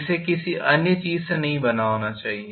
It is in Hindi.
इसे किसी अन्य चीज से नहीं बना होना चाहिए